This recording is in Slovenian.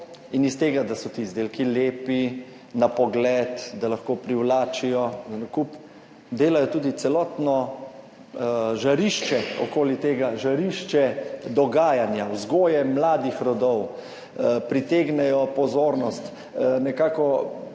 in iz tega, da so ti izdelki lepi na pogled, da lahko privlačijo za nakup, delajo tudi celotno žarišče okoli tega, žarišče dogajanja, vzgoje mladih rodov, pritegnejo pozornost, nekako